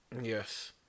Yes